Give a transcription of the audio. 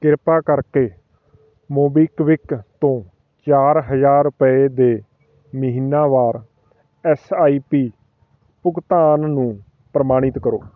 ਕਿਰਪਾ ਕਰਕੇ ਮੋਬੀਕਵਿਕ ਤੋਂ ਚਾਰ ਹਜ਼ਾਰ ਰੁਪਏ ਦੇ ਮਹੀਨਾਵਾਰ ਐੱਸ ਆਈ ਪੀ ਭੁਗਤਾਨ ਨੂੰ ਪ੍ਰਮਾਣਿਤ ਕਰੋ